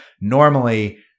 Normally